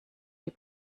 die